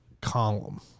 column